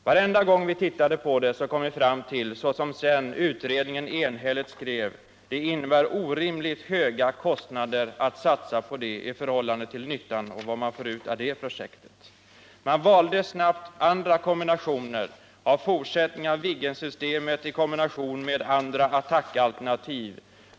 Varenda gång vi tittade på det alternativet kom vi fram till att det, som utredningen enhälligt skrev, innebar orimligt höga kostnader att satsa på det projektet i förhållande till vad man skulle få ut av det. Man valde snabbt andra kombinationer, t.ex. en fortsättning av Viggensystemet i kombination med andra attackalternativ.